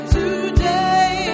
today